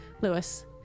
Lewis